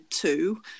two